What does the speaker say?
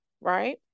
right